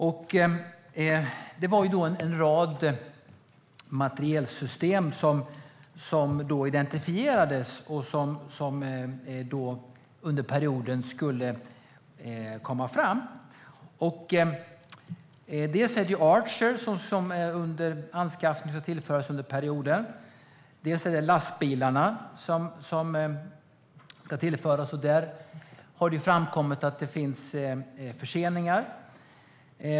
Det identifierades då en rad materielsystem som ska komma fram under försvars-perioden. Den nya artilleripjäsen Archer ska anskaffas. Även lastbilar ska anskaffas, och det har framkommit att de är försenade.